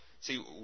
See